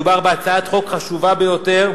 מדובר בהצעת חוק חשובה ביותר,